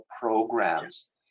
programs